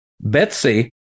Betsy